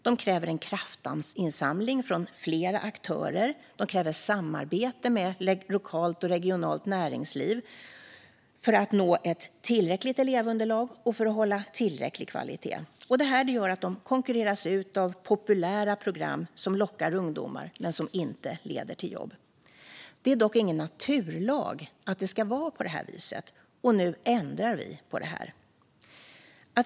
De kräver en kraftsamling från olika aktörer. Och de kräver samarbete med lokalt och regionalt näringsliv för att nå ett tillräckligt elevunderlag och för att hålla tillräcklig kvalitet. Detta gör att de konkurreras ut av populära program som lockar ungdomar men inte leder till jobb. Det är dock ingen naturlag att det ska vara på det här viset, och nu ändrar vi på detta.